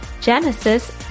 Genesis